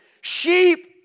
Sheep